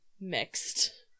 mixed